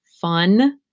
Fun